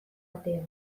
atea